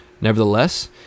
Nevertheless